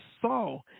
saw –